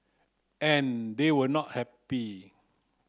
and they were not happy